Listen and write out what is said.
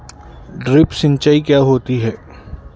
Drip सिंचाई क्या होती हैं?